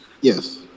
Yes